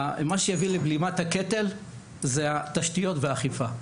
מה שהביא לבלימת הקטל זה התשתיות והאכיפה.